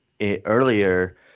earlier